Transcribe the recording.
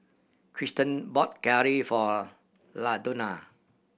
Krysten bought curry for Ladonna